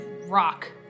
rock